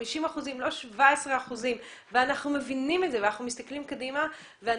50 אחוזים ולא 17 אחוזים ואנחנו מבינים את זה ואנחנו מסתכלים קדימה ואני